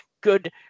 good